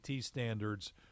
standards